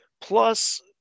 Plus